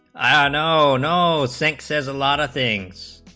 ah no no sex is a lot of things